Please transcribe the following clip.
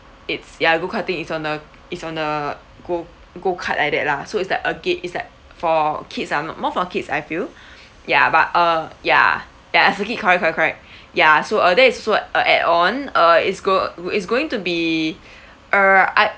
it's ya go karting is on the is on the go go kart like that lah so it's like a gat~ is like for kids ah no~ more for kids I feel ya but uh ya ya exactly correct correct correct ya so uh that is also a add on uh it's go~ it's going to be err I